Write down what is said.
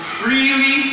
freely